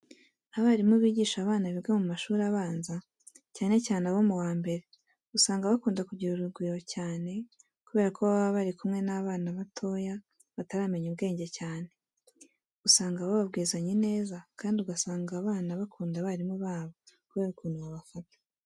Abarimu bigisha abana biga mu mashuri abanza, cyane cyane abo mu wa mbere usanga bakunda kugira urugwiro cyane kubera ko baba bari kumwe n'abana batoya bataramenya ubwenge cyane. Usanga bababwizanya ineza kandi ugasanga abana bakunda abarimu babo kubera ukuntu babafata.